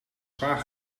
zwaar